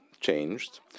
changed